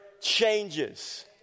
changes